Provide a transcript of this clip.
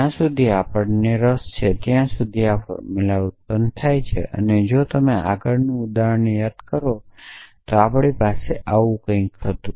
જ્યાં સુધી આપણને રસ છે ત્યાં સુધી આ ફોર્મુલા ઉત્પન્ન થાય છે તેથી જો તમે આગળનું ઉદાહરણ યાદ કરો તો આપણી પાસે આવું કંઈક હતું